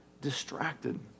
distracted